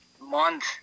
month